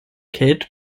kate